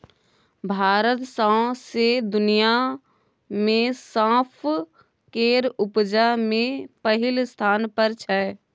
भारत सौंसे दुनियाँ मे सौंफ केर उपजा मे पहिल स्थान पर छै